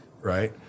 right